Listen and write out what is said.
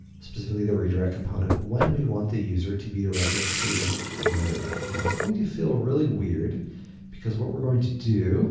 specifically the redirect component, when we want the user to be directed to another route. now, it's going to feel really weird because what we're going to do